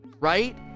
right